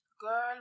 Girl